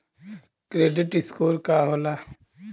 Credit score का होला?